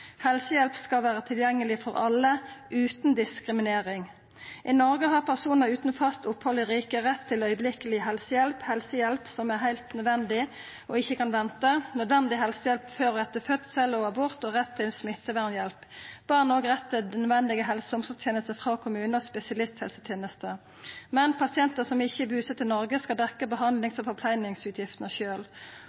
Helsehjelp skal vera tilgjengeleg for alle, utan diskriminering. I Noreg har personar utan fast opphald i riket rett til omgåande helsehjelp, helsehjelp som er heilt nødvendig og ikkje kan venta, nødvendig helsehjelp før og etter fødsel og abort og rett til smittevernhjelp. Barn har òg rett til nødvendige helse- og omsorgstenester frå kommunehelsetenesta og spesialisthelsetenesta. Men pasientar som ikkje er busette i Noreg, skal dekkja behandlings- og